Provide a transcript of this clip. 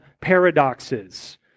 paradoxes